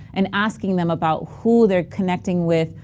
and asking them about who they're connecting with,